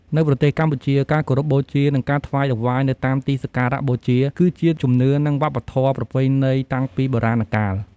នៅប្រទេសកម្ពុជា ការគោរពបូជា និងការថ្វាយតង្វាយនៅតាមទីសក្ការៈបូជា គឺជាជំនឿ និងវប្បធម៌ប្រពៃណីតាំងពីបុរាណកាល។